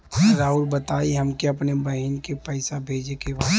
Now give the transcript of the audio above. राउर बताई हमके अपने बहिन के पैसा भेजे के बा?